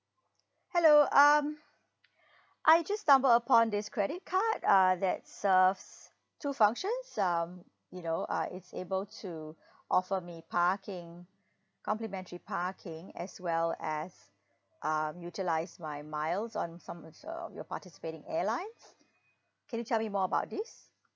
hello um I just stumble upon this credit card uh that serves two functions um you know uh it's able to offer me parking complimentary parking as well as um utilise my miles on some it's uh your participating airlines can you tell me more about this